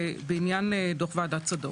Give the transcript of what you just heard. בעניין דוח ועדת צדוק.